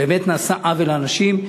באמת נעשה עוול לאנשים.